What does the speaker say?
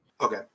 Okay